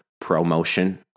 promotion